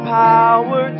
power